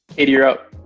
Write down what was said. you're up.